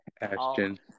Ashton